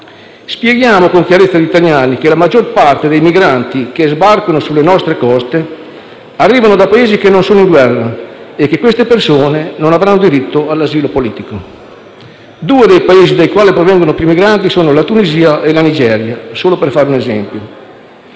Spieghiamo con chiarezza agli italiani che la maggior parte dei migranti che sbarcano sulle nostre coste arrivano da Paesi che non sono in guerra e che queste persone non avranno diritto all'asilo politico. Due dei Paesi dai quali provengono più migranti sono la Tunisia e la Nigeria, solo per fare un esempio.